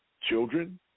children